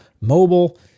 mobile